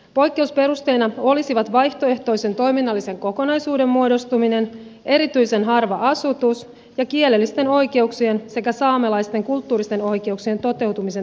poikkeusperusteina olisivat vaihtoehtoisen toiminnallisen kokonaisuuden muodostuminen erityisen harva asutus ja kielellisten oikeuksien sekä saamelaisten kulttuuristen oikeuksien toteutumisen turvaaminen